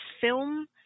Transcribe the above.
film